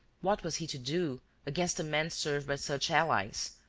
what was he to do against a man served by such allies,